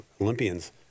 Olympians